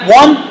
one